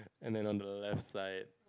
and then on the left side